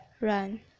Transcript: Run